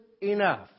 enough